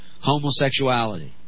homosexuality